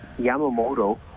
Yamamoto